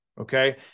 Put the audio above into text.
Okay